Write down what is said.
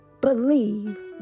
Believe